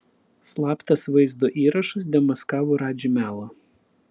slaptas vaizdo įrašas demaskavo radži melą